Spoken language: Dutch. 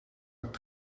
het